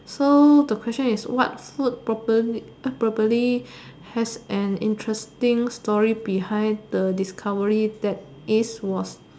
so the question is what food probably probably has an interesting story behind the discovery that is was